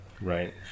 Right